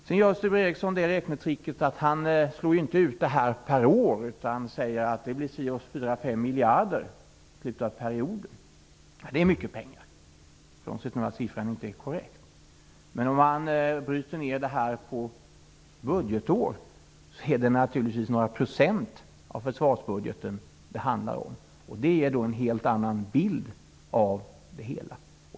Sture Ericson gör det räknetricket att han inte slår ut detta per år utan säger att det blir 4--5 miljarder under perioden. Det är mycket pengar -- frånsett att siffran inte är korrekt. Men per budgetår handlar det om några procent av försvarsbudgeten. Det är en helt annan bild av det hela.